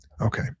Okay